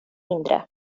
mindre